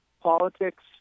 politics